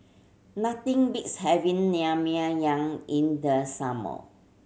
nothing beats having Naengmyeon in the summer